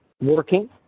working